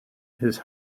his